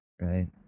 Right